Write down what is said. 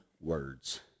words